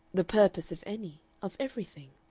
the purpose, if any, of everything.